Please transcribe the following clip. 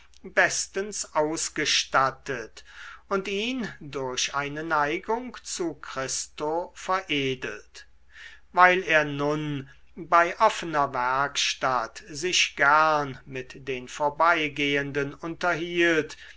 bestens ausgestattet und ihn durch eine neigung zu christo veredelt weil er nun bei offener werkstatt sich gern mit den vorbeigehenden unterhielt